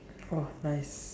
!wah! nice